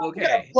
Okay